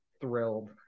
thrilled